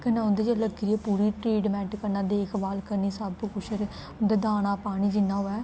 कन्नै उं'दे जेह् लग्गी दी ओह् पूरी ट्रीटमैंट करना देक्खभाल करनी सब्भ कुछ उं'दा दाना पानी जि'न्ना होवै